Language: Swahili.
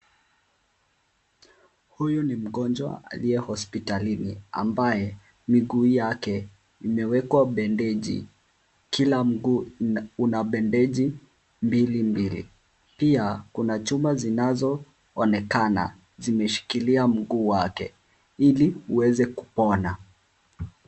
Huyu ni mgonjwa aliye hospitalini ambaye miguu yake imewekwa bendeji. Kila mguu una bendeji mbili mbili. Pia kuna chuma zinazoonekana zimeshikilia mguu wale ili huweze kupona.